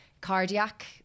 cardiac